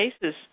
cases